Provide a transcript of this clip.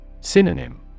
Synonym